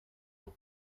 los